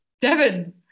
Devin